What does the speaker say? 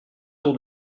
tour